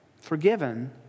forgiven